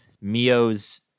Mio's